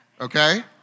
Okay